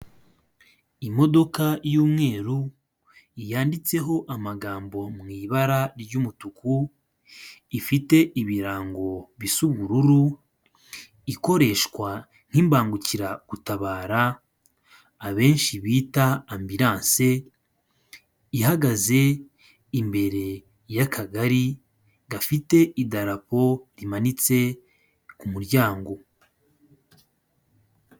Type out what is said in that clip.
Imodoka y'umweru yanditseho amagambo mu ibara ry'umutuku, ifite ibirango bisa ubururu, ikoreshwa nk'imbangukiragutabara abenshi bita ambulance, ihagaze imbere y'akagari gafite idarapo rimanitse ku muryango.